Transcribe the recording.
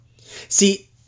See